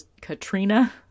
Katrina